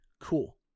cool